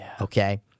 Okay